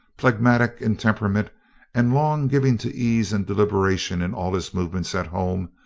phlegmatic in temperament and long given to ease and deliberation in all his movements at home,